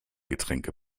getränke